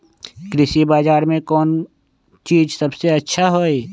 कृषि बजार में कौन चीज सबसे अच्छा होई?